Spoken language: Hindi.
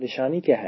परेशानी क्या है